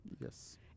Yes